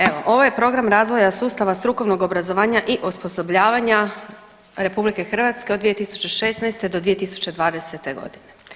Evo, ovo je Program razvoja sustava strukovnog obrazovanja i osposobljavanja RH od 2016. do 2020. godine.